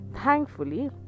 thankfully